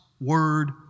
Word